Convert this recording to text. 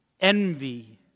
envy